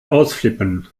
ausflippen